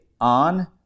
on